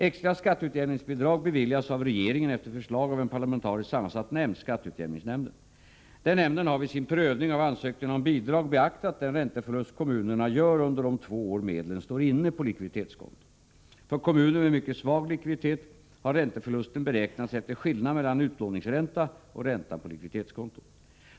Extra skatteutjämningsbidrag beviljas av regeringen efter förslag av en parlamentariskt sammansatt nämnd, skatteutjämningsnämnden. Denna nämnd har vid sin prövning av ansökningarna om bidrag beaktat den ränteförlust kommunerna gör under de två år medlen står inne på likviditetskonto. För kommuner med mycket svag likviditet har ränteförlusten beräknats efter skillnaden mellan utlåningsränta och räntan på likviditetskontot.